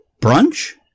brunch